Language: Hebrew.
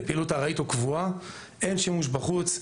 בפעילות ארעית או קבועה - אין שימוש בחוץ.